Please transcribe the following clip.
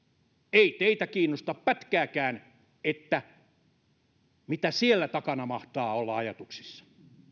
ei teitä kiinnosta pätkääkään mitä siellä takana mahtaa olla ajatuksissa